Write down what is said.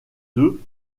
deux